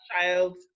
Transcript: child